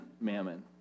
mammon